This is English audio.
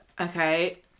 Okay